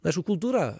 aišku kultūra